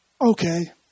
okay